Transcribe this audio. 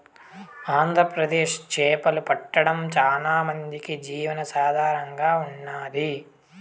ఆంధ్రప్రదేశ్ చేపలు పట్టడం చానా మందికి జీవనాధారంగా ఉన్నాది